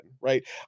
right